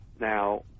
Now